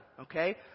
Okay